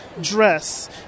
dress